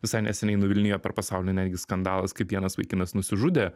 visai neseniai nuvilnijo per pasaulį netgi skandalas kaip vienas vaikinas nusižudė